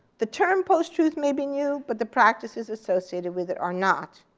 the term post-truth may be new, but the practices associated with it are not.